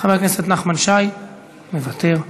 חבר הכנסת נחמן שי, מוותר.